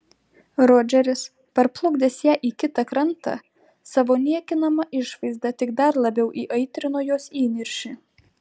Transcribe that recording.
rodžeris perplukdęs ją į kitą krantą savo niekinama išvaizda tik dar labiau įaitrino jos įniršį